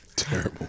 terrible